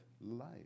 life